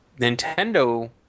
Nintendo